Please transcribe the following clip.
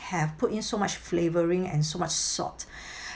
have put in so much flavouring and so much salt